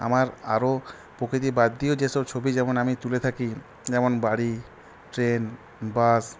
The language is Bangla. আমার আরও প্রকৃতি বাদ দিয়েও যেসব ছবি যেমন আমি তুলে থাকি যেমন বাড়ি ট্রেন বাস